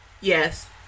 Yes